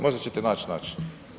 Možda ćete naći načina.